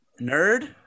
nerd